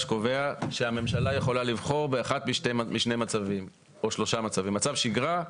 קובע שהממשלה יכולה לבחור באחד משניים או שלושה מצבי - מצב שגרה,